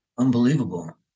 Unbelievable